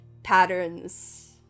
patterns